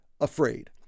afraid